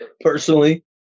personally